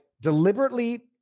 deliberately